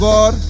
God